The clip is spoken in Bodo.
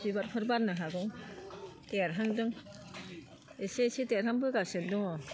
बिबारफोर बारनो हागौ देरहांदों एसे एसे देरहां बोगासिनो दङ